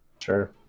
Sure